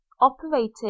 operating